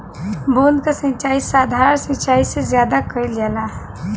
बूंद क सिचाई साधारण सिचाई से ज्यादा कईल जाला